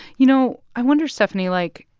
you know, i wonder, steffanie, like,